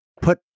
Put